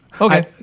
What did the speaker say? Okay